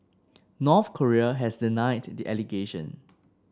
North Korea has denied the allegation